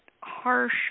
harsh